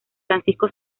francisco